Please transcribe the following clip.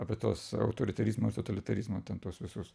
apie tuos autoritarizmo ir totalitarizmo ten tuos visus